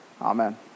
Amen